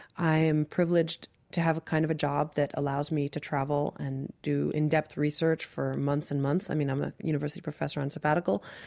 i am privileged to have a kind of a job that allows me to travel and do in-depth research for months and months. i mean, i'm a university professor on sabbatical.